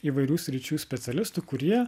įvairių sričių specialistų kurie